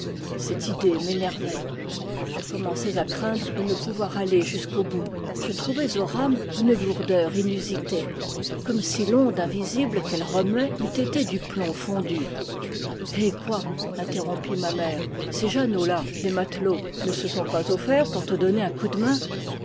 cette idée m'énervait je commençais à craindre de ne pouvoir aller jusqu'au bout je trouvais aux rames une lourdeur inusitée comme si l'onde invisible qu'elles remuaient eût été du plomb fondu eh quoi interrompit ma mère ces jeannots là des matelots ne se sont pas offerts pour te donner un coup de main